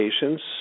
patients